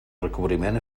recobriment